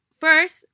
First